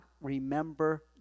remember